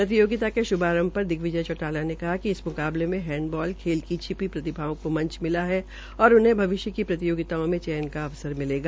प्रतियोगिता के शुभारंभ पर दिग्विजय चौटाला ने कहा कि इस मुकाबले से हैंडबाल खेल की छिपी प्रतिभाओं को मंच मिला है और उन्हें भविष्य की प्रतियोगिताओं में चयन का अवसर मिलेगा